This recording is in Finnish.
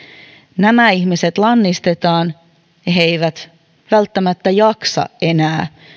nämä ihmiset lannistetaan ja he eivät välttämättä jaksa enää